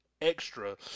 extra